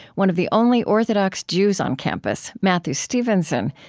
one of the only orthodox jews on campus, matthew stevenson,